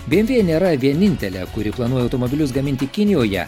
bmw nėra vienintelė kuri planuoja automobilius gaminti kinijoje